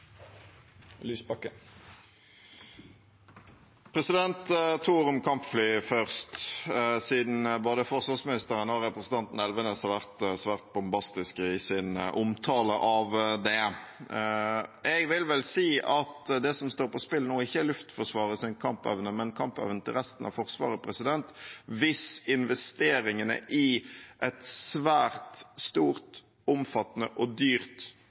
kampfly først, siden både forsvarsministeren og representanten Elvenes har vært svært bombastiske i sin omtale av det: Jeg vil vel si at det som står på spill nå, ikke er Luftforsvarets kampevne, men kampevnen til resten av Forsvaret – hvis investeringene i et svært stort, omfattende og dyrt